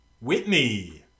Whitney